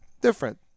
different